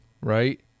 right